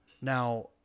Now